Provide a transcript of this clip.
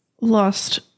lost